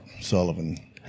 Sullivan